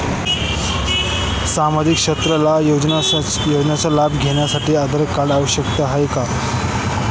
सामाजिक क्षेत्रातील योजनांचा लाभ घेण्यासाठी आधार कार्ड आवश्यक आहे का?